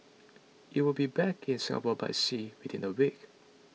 it will be back in Singapore by sea within a week